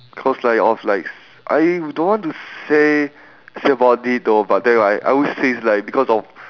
cause like of like s~ I don't want to say say about it though but then right I would say it's like because of